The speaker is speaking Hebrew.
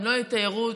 אם לא תהיה תיירות,